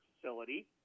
facility